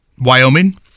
Wyoming